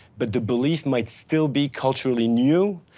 but the belief might still be culturally new.